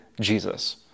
Jesus